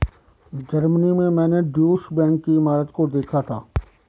Germany में मैंने Deutsche Bank की इमारत को देखा था